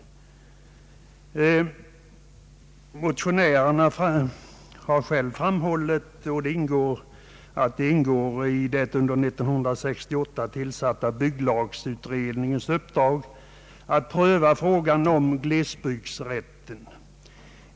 Motionärerna har själva framhållit att det ingår i den år 1968 tillsatta bygglagutredningens uppgift att pröva frågan om glesbebyggelserätten.